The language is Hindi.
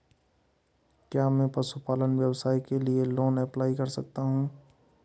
क्या मैं पशुपालन व्यवसाय के लिए लोंन अप्लाई कर सकता हूं?